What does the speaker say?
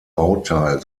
bauteil